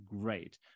great